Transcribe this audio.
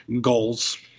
goals